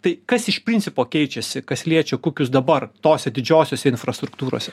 tai kas iš principo keičiasi kas liečia kukius dabar tose didžiosiose infrastruktūrose